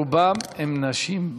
ברובן, הן נשים,